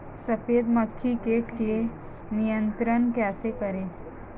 सफेद मक्खी कीट को नियंत्रण कैसे करें?